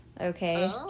Okay